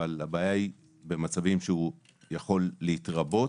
הבעיה במצבים שהוא יכול להתרבות,